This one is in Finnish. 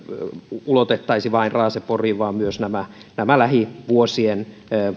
ulotettaisi vain raaseporiin vaan myös nämä lähivuosien